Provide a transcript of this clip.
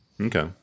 Okay